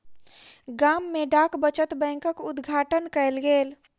गाम में डाक बचत बैंकक उद्घाटन कयल गेल